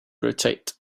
rotate